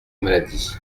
maladie